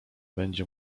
będzie